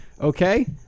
Okay